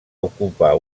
ocupar